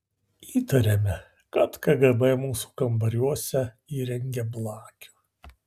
įtarėme kad kgb mūsų kambariuose įrengė blakių